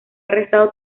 arrestado